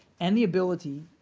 and the ability,